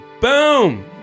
Boom